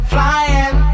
Flying